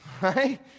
right